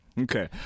okay